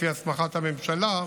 לפי הסמכת הממשלה,